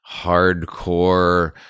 hardcore